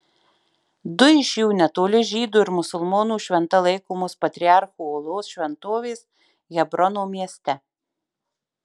du iš jų netoli žydų ir musulmonų šventa laikomos patriarchų olos šventovės hebrono mieste